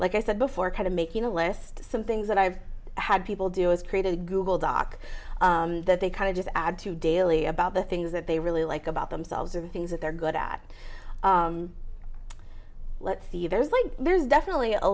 like i said before kind of making a list some things that i've had people do is create a google doc that they kind of just add to daily about the things that they really like about themselves or things that they're good at let's see there's like there's definitely a